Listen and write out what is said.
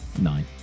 Nine